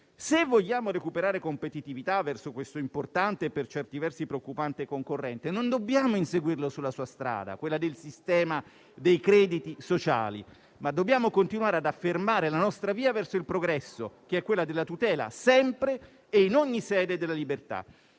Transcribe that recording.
Se vogliamo recuperare competitività verso questo importante e, per certi versi, preoccupante concorrente, non dobbiamo inseguirlo sulla sua strada, quella del sistema dei crediti sociali, ma dobbiamo continuare ad affermare la nostra via verso il progresso, che è quella della tutela, sempre e in ogni sede, della libertà.